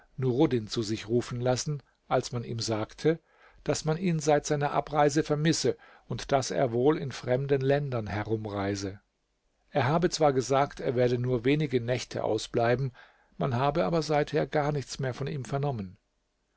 nuruddin zu sich rufen lassen als man ihm sagte daß man ihn seit seiner abreise vermisse und daß er wohl in fremden ländern herumreise er habe zwar gesagt er werde nur wenige nächte ausbleiben man habe aber seither gar nichts mehr von ihm vernommen